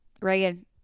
Reagan